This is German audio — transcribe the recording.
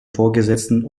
vorgesetzten